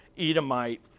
Edomite